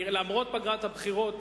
למרות פגרת הבחירות,